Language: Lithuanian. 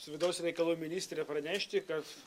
su vidaus reikalų ministre pranešti kad